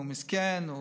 הוא מסכן,